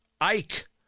Ike